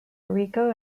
rico